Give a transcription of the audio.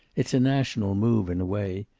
it's a national move, in a way.